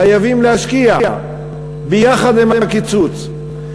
חייבים להשקיע ביחד עם הקיצוץ.